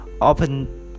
open